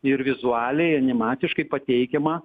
ir vizualiai animatiškai pateikiama